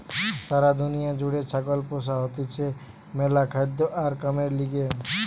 সারা দুনিয়া জুড়ে ছাগল পোষা হতিছে ম্যালা খাদ্য আর কামের লিগে